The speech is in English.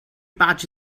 patch